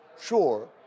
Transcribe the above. Sure